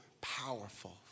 powerful